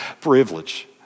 privilege